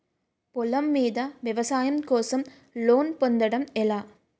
పొలం మీద వ్యవసాయం కోసం లోన్ పొందటం ఎలా?